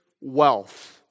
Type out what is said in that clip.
wealth